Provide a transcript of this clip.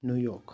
new York